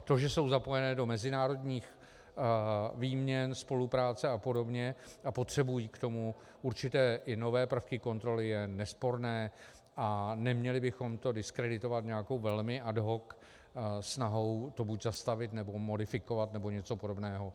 To, že jsou zapojené do mezinárodních výměn, spolupráce apod. a potřebují k tomu určité i nové prvky kontroly, je nesporné a neměli bychom to diskreditovat nějakou velmi ad hoc snahou to buď zastavit, nebo modifikovat, nebo něco podobného.